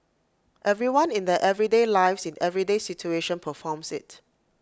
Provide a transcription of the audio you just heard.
everyone in their everyday lives in everyday situation performs IT